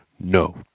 No